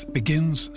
begins